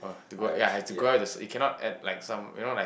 oh to go ya have to go out with a s~ you cannot add like some you know like